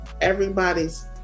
Everybody's